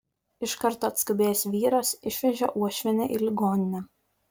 iš karto atskubėjęs vyras išvežė uošvienę į ligoninę